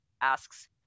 asks